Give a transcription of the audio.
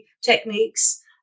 techniques